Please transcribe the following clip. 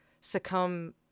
succumb